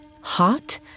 hot